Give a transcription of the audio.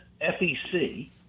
FEC